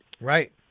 Right